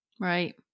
Right